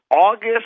August